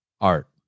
art